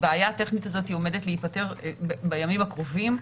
הבעיה הטכנית הזאת עומדת להיפתר בימים הקרובים.